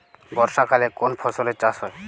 বর্ষাকালে কোন ফসলের চাষ হয়?